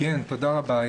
תודה רבה.